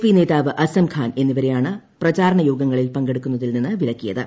P നേതാവ് അസംഖാൻ എന്നിവരെയാണ് പ്രപാരണയോഗങ്ങളിൽ പങ്കെടുക്കുന്നതിൽ നിന്ന് വിലക്കിയത്